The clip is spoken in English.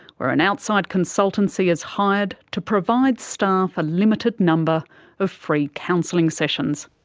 where an outside consultancy is hired to provide staff a limited number of free counselling sessions.